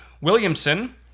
Williamson